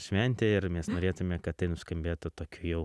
šventė ir mes norėtume kad tai nuskambėtų tokiu jau